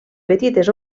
petites